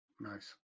Nice